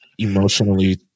emotionally